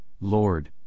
Lord